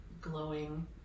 glowing